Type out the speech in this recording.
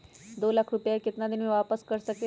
दो लाख रुपया के केतना दिन में वापस कर सकेली?